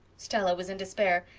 stella was in despair.